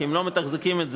כי אם לא מתחזקים את זה,